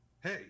Hey